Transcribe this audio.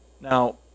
Now